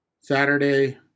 Saturday